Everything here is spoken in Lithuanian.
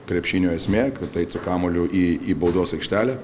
krepšinio esmė kad eit su kamuoliu į į baudos aikštelę